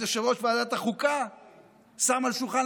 אז יושב-ראש ועדת החוקה שם על שולחן